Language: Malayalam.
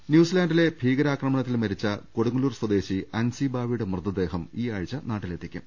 ന്യൂസിലാൻഡിലെ ഭീകരാക്രമണത്തിൽ മരിച്ച കൊടുങ്ങല്ലൂർ സ്വദേശി അൻസി ബാവയുടെ മൃതദേഹം ഈ ആഴ്ച നാട്ടിലെ ത്തിക്കും